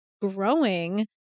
growing